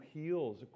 heals